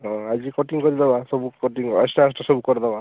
ହଁ ଆଜି କଟିଙ୍ଗ୍ କରିଦବା ସବୁ କଟିଙ୍ଗ୍ ଆସ୍ତେ ଆସ୍ତେ ସବୁ କରିଦବା